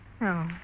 No